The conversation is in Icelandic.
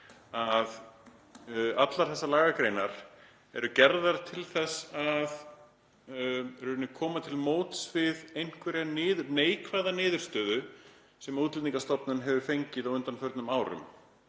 að allar þessar lagagreinar eru gerðar til þess að koma til móts við einhverja neikvæða niðurstöðu sem Útlendingastofnun hefur fengið á undanförnum árum